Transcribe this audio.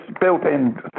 built-in